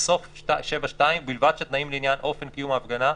בסוף 7(2) ובלבד שהתנאים לעניין אופן קיום ההפגנה...